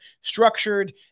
structured